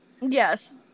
yes